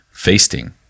Feasting